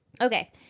Okay